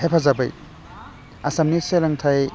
हेफाजाबै आसामनि सोलोंथाइ